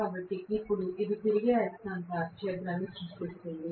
కాబట్టి ఇప్పుడు ఇది తిరిగే అయస్కాంత క్షేత్రాన్ని సృష్టిస్తుంది